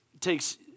takes